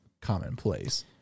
commonplace